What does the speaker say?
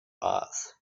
mars